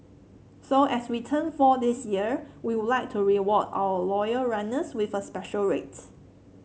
so as we turn four this year we would like to reward our loyal runners with a special rate